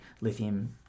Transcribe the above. lithium